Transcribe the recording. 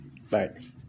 Thanks